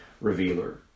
revealer